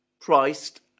priced